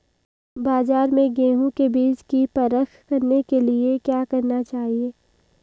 बाज़ार में गेहूँ के बीज की परख के लिए क्या करना चाहिए?